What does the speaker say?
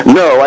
no